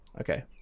okay